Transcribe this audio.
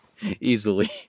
easily